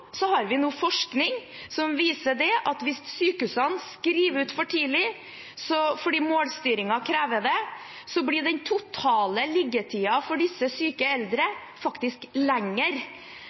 har vi nå forskning som viser at hvis sykehusene skriver ut for tidlig fordi målstyringen krever det, blir den totale liggetiden for disse syke eldre faktisk